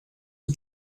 and